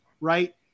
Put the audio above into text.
Right